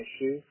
issues